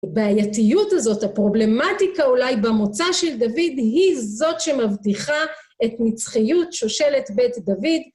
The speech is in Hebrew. הבעייתיות הזאת, הפרובלמטיקה אולי במוצא של דוד היא זאת שמבטיחה את נצחיות שושלת בית דוד.